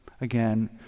Again